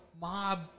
mob